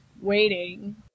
waiting